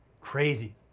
Crazy